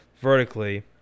vertically